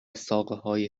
ساقههای